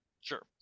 Sure